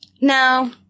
No